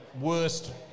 worst